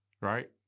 Right